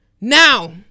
Now